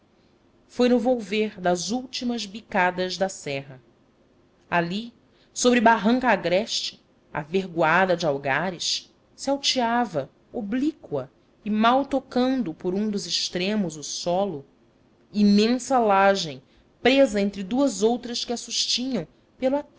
foi no volver das últimas bicadas da serra ali sobre barranca agreste avergoada de algares se alteava oblíqua e mal tocando por um dos extremos o solo imensa lajem presa entre duas outras que a sustinham pelo